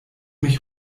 mich